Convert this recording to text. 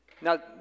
Now